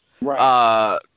Right